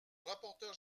rapporteur